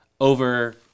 over